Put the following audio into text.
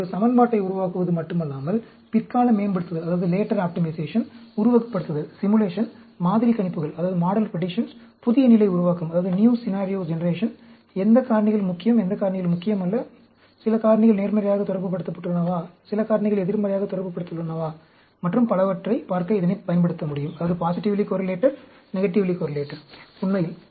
இது ஒரு சமன்பாட்டை உருவாக்குவது மட்டுமல்லாமல் பிற்கால மேம்படுத்துதல் உருவகப்படுத்துதல் மாதிரி கணிப்புகள் புதிய நிலை உருவாக்கம் எந்த காரணிகள் முக்கியம் எந்த காரணிகள் முக்கியமல்ல சில காரணிகள் நேர்மறையாக தொடர்புப்படுத்தப்பட்டுள்ளனவா சில காரணிகள் எதிர்மறையாக தொடர்புப்படுத்தப்பட்டுள்ளனவா மற்றும் பலவற்றைப் பார்க்க இதனைப் பயன்படுத்தமுடியும் உண்மையில்